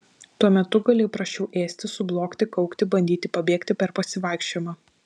tuo metu gali prasčiau ėsti sublogti kaukti bandyti pabėgti per pasivaikščiojimą